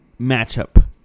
matchup